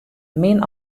min